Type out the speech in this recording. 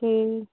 جی